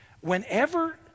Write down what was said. Whenever